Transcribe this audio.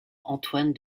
antoine